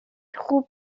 خوب